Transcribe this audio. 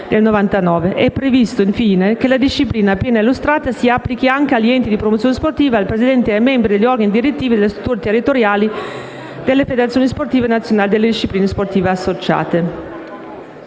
È previsto, infine, che la disciplina appena illustrata si applichi anche agli enti di promozione sportiva e al presidente e ai membri degli organi direttivi delle strutture territoriali delle federazioni sportive nazionali e delle discipline sportive associate.